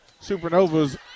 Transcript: Supernovas